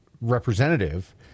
representative